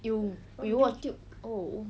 you rewatch oh